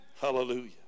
Hallelujah